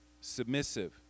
submissive